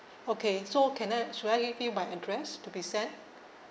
okay so can I should I give you my address to be sent